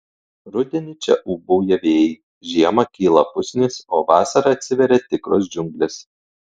rudenį čia ūbauja vėjai žiemą kyla pusnys o vasarą atsiveria tikros džiunglės